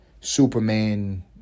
Superman